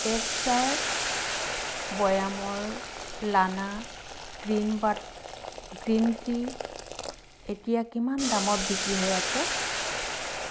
এক জাৰ বৈয়ামৰ লানা গ্ৰীণ বাড গ্ৰীণ টি এতিয়া কিমান দামত বিক্ৰী হৈ আছে